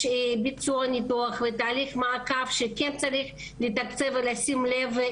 יש ביצוע ניתוח ותהליך מעקב שכן צריך לתקצב ולשים לב,